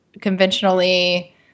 conventionally